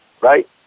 right